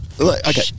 okay